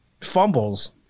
fumbles